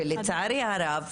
לצערי הרב,